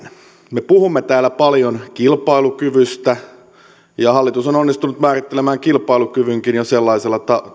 me puhumme täällä paljon kilpailukyvystä ja hallitus on onnistunut määrittelemään kilpailukyvynkin jo sellaisella